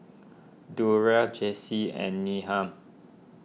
Durell Jaycee and Needham